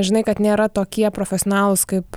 žinai kad nėra tokie profesionalūs kaip